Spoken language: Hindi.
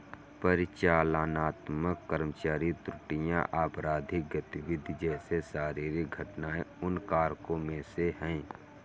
परिचालनात्मक कर्मचारी त्रुटियां, आपराधिक गतिविधि जैसे शारीरिक घटनाएं उन कारकों में से है